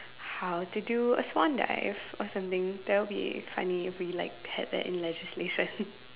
how to do a swan dive or something that will be funny if we like had that in like legislation